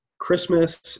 Christmas